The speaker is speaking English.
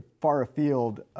far-afield